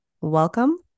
Welcome